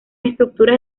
estructuras